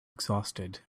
exhausted